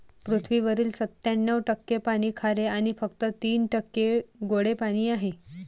पृथ्वीवरील सत्त्याण्णव टक्के पाणी खारे आणि फक्त तीन टक्के गोडे पाणी आहे